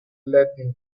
latin